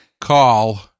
call